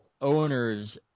owners